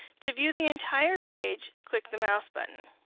to view the entire page click the mouse button.